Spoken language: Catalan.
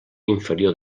inferior